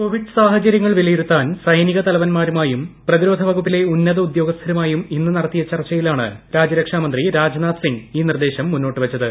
Covid സാഹചര്യങ്ങൾ വിലയിരുത്താൻ സൈനിക തലവൻമാരുമായും പ്രതിരോധ വകുപ്പിലെ ഉന്നത ഉദ്യോഗസ്ഥരുമായും ഇന്ന് നടത്തിയ ചർച്ചയിലാണ് രാജ്യരക്ഷാമന്ത്രി രാജ്നാഥ് സിംഗ് ഈ നിർദ്ദേശം മുന്നോട്ട് വച്ചത്